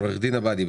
עורך הדין עבאדי,